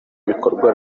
w’ibikorwa